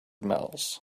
miles